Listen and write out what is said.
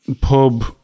pub